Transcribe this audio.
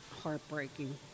heartbreaking